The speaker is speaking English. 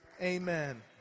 Amen